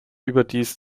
überdies